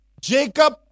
Jacob